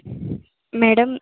madam